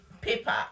paper